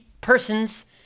persons